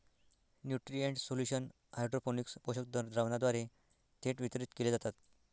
nutrient solution hydroponics पोषक द्रावणाद्वारे थेट वितरित केले जातात